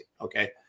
Okay